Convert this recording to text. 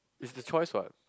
is the choice what